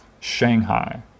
Shanghai